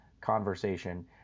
conversation